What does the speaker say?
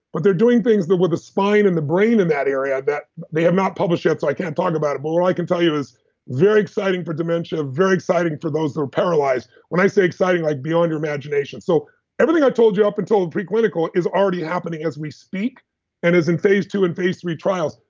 but they're doing things with the spine and the brain in that area that they have not published yet so i can't talk about it, but what i can tell you, is very exciting for dementia, very exciting for those that are paralyzed. when i say exciting, like beyond your imagination so everything i've told you up until the pre-clinical is already happening as we speak and is in phase two and phase three trials.